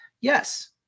Yes